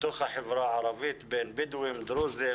בתוך החברה הערבית בין בדואים, דרוזים